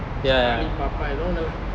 charlie papa ஏதோ ஒன்னுலா:etho onnula